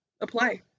Apply